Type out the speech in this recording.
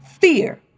Fear